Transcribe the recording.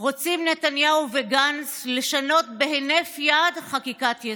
רוצים נתניהו וגנץ לשנות בהינף יד חקיקת-יסוד.